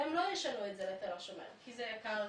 והם לא ישנעו את זה לתל השומר כי זה יקר,